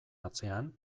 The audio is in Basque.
atzean